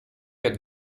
had